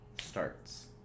starts